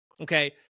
Okay